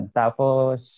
tapos